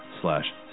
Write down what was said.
slash